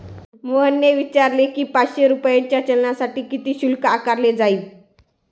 मोहनने विचारले की, पाचशे रुपयांच्या चलानसाठी किती शुल्क आकारले जाईल?